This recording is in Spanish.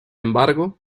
embargo